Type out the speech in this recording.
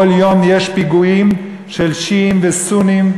כל יום יש פיגועים של שיעים וסונים.